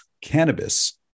cannabis